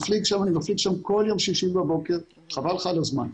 אני מפליג שם כל יום שישי בבוקר, חבל לך על הזמן.